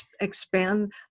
expand